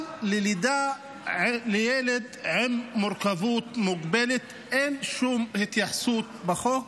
אבל ללידה של ילד עם מורכבות מוגבלת אין שום התייחסות בחוק.